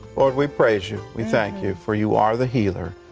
lord, we praise you, we thank you, for you are the healer.